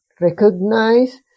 recognize